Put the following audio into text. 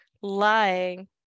Lying